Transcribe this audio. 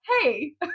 hey